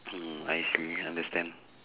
hmm I see understand